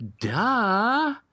duh